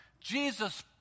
Jesus